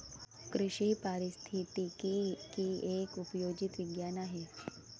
कृषी पारिस्थितिकी एक उपयोजित विज्ञान आहे